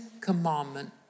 commandment